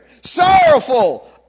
Sorrowful